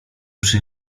przy